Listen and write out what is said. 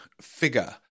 figure